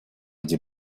где